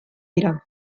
dira